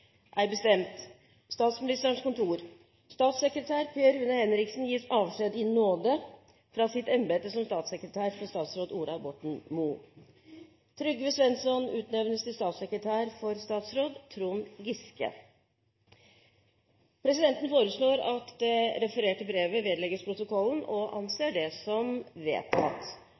er bestemt: Statsministerens kontor Statssekretær Per Rune Henriksen gis avskjed i nåde fra sitt embete som statssekretær for statsråd Ola Borten Moe. Trygve Svensson utnevnes til statssekretær for statsråd Trond Giske.» Presidenten foreslår at det refererte brevet vedlegges protokollen – og anser det som vedtatt.